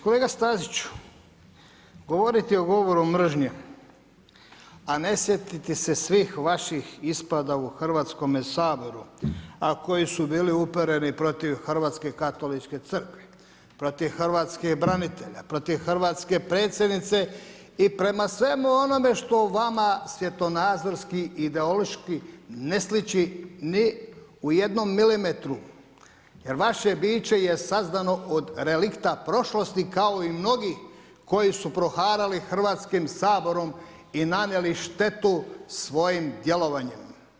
Kolega Staziću, govoriti o govoru mržnje a ne sjetiti se svih vaših ispada u Hrvatskome saboru a koji su bili upereni protiv Hrvatske katoličke crkve, protiv hrvatskih branitelja, protiv hrvatske predsjednice i prema svemu onome što vama svjetonadzorski i ideološki ne sliči ni u jednom milimetru jer vaše biće je sazdano od relikta prošlosti kao i mnogih koji su proharali Hrvatskim saborom i nanijeli štetu svojim djelovanjem.